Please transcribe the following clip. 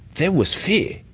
there was fear.